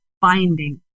binding